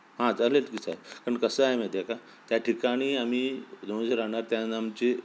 हां चालेल की साहेब कारण कसं आहे माहिती आहे का त्या ठिकाणी आम्ही दोन दिवस राहणार त्यानं आमची